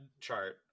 chart